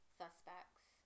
suspects